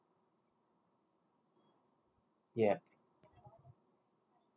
ya